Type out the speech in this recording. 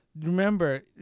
Remember